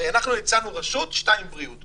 הרי אנחנו הצענו רשות, שתיים בריאות.